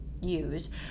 use